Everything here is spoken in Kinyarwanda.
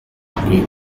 akwiye